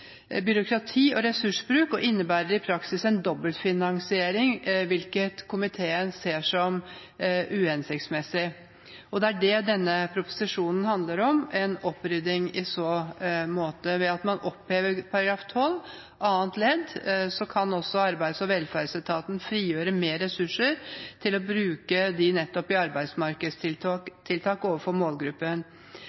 byråkrati og ressursbruk og innebærer i praksis en dobbeltfinansiering, hvilket komiteen ser som uhensiktsmessig. Det er det denne proposisjonen handler om, en opprydding i så måte. Ved at man opphever § 12 annet ledd, kan også arbeids- og velferdsetaten frigjøre mer ressurser til bruk i nettopp arbeidsmarkedstiltak